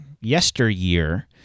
yesteryear